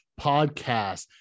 podcast